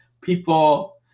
people